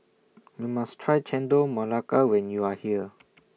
YOU must Try Chendol Melaka when YOU Are here